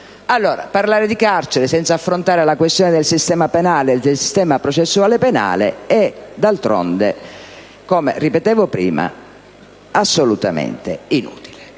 Parlare di carcere senza affrontare la questione del sistema penale e del sistema processuale penale è d'altronde, come ripetevo prima, assolutamente inutile.